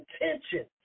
intention